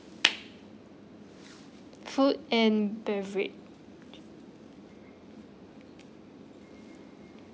food and beverage